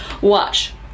Watch